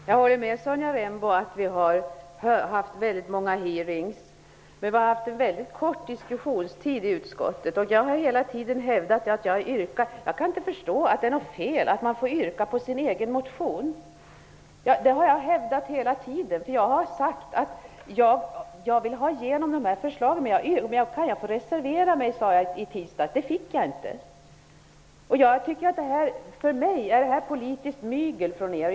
Herr talman! Jag håller med Sonja Rembo om att vi har haft väldigt många utfrågningar, men diskussionstiden i utskottet har varit mycket kort. Jag kan inte förstå att det är något fel att yrka bifall till sin egen motion. Jag har gjort det hela tiden och sagt att jag vill ha igenom de förslagen. Kan jag få reservera mig? sade jag i tisdags, men det fick jag inte. För mig är detta politiskt mygel från er sida.